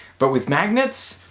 but with magnets,